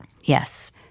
Yes